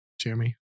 Jeremy